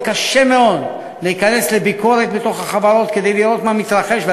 וקשה מאוד להיכנס לביקורת בתוך החברות כדי לראות מה מתרחש,